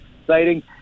exciting